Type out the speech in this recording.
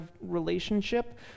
relationship